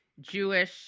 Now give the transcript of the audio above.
Jewish